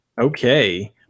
okay